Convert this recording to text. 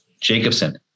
Jacobson